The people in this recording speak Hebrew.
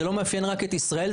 זה לא מאפיין רק את ישראל,